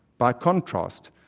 by contrast,